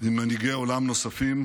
ועם מנהיגי עולם נוספים,